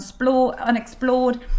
unexplored